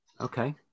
Okay